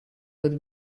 would